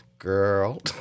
Girl